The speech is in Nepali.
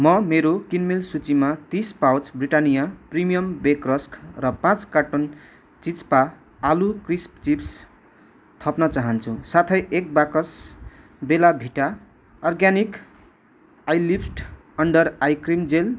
म मेरो किनमेल सूचीमा तिस pouch Britannia premium bake rusk र पाँच कार्टुन चिज्जपा आलु क्रिस्प चिप्स थप्न चाहन्छु साथै एक बाकस Bella Vita organic eyelift under eye cream jail